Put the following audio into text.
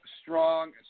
strong